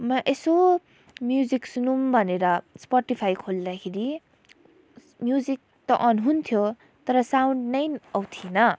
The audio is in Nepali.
म यसो म्युजिक सुनौँ भनेर स्पोटिफाई खोल्दाखेरि म्युजिक त अन हुन्थ्यो तर साउन्ड नै आउँथेन